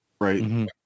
right